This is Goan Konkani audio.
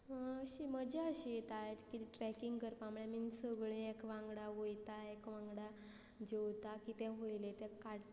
अशी मजा अशी येता ट्रॅकींग करपा आय मीन सगलीं एक वांगडा वयताय एक वांगडा जेवता कितें वोयलें तें